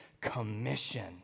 Commission